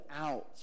out